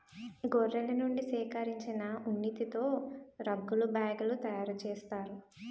గొర్రెల నుండి సేకరించిన ఉన్నితో రగ్గులు బ్యాగులు తయారు చేస్తారు